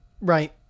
Right